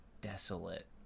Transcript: desolate